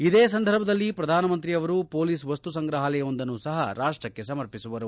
ಇದೇ ಸಂದರ್ಭದಲ್ಲಿ ಪ್ರಧಾನಮಂತ್ರಿಯವರು ಮೊಲೀಸ್ ವಸ್ತು ಸಂಗ್ರಪಾಲಯವೊಂದನ್ನೂ ಸಹ ರಾಷ್ಟಕ್ಕೆ ಸಮರ್ಪಿಸುವರು